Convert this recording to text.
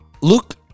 look